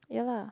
ya lah